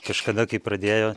kažkada kai pradėjo